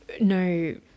no